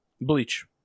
Bleach